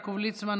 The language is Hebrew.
יעקב ליצמן,